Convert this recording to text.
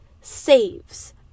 saves